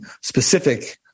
specific